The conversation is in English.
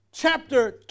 Chapter